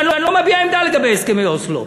ואני לא מביע עמדה לגבי הסכמי אוסלו,